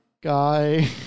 guy